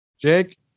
Jake